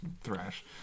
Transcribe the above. Thrash